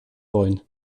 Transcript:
wollen